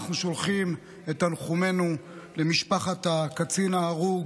אנחנו שולחים את תנחומינו למשפחת הקצין ההרוג,